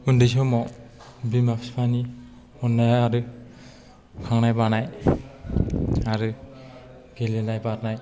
उन्दै समाव बिमा बिफानि अननाय आरो खांनाय बानाय आरो गेलेनाय बारनाय